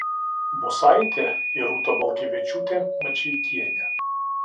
bosaitė ir rūta balkevičiūtė mačeikienė